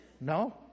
No